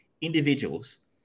individuals